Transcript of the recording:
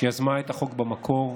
שיזמה את החוק במקור,